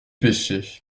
pêchaient